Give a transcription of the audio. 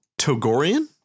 Togorian